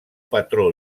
patró